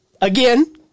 again